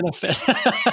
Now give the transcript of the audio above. benefit